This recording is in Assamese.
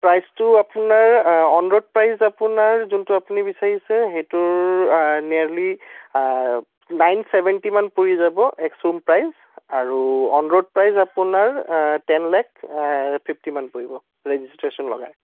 প্ৰাইচটো আপোনাৰ অ'ন ৰোড প্ৰাইচ আপোনাৰ যোনটো আপুনি বিচাৰিছে সেইটোৰ নিয়েৰলী নাইন চেভেণ্টীমান পৰি যাব এক্স ৰোম প্ৰাইচ আৰু অ'ন ৰ'ড প্ৰাইচ আপোনাৰ টেন লেখ ফীফটীমান পৰিব ৰেজিষ্ট্ৰেচন লগাই